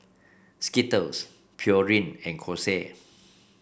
Skittles Pureen and Kose